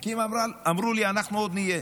כי הם אמרו לי: אנחנו עוד נהיה.